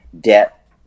debt